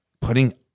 putting